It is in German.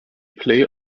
play